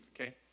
okay